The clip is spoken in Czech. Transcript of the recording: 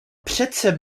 přece